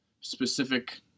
specific